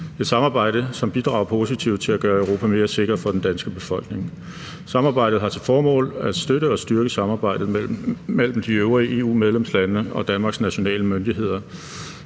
et samarbejde, som bidrager positivt til at gøre Europa mere sikkert for den danske befolkning. Samarbejdet har til formål at støtte og styrke samarbejdet mellem de øvrige EU-medlemslande og Danmarks nationale myndigheders